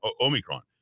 Omicron